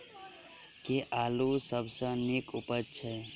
केँ आलु सबसँ नीक उबजय छै?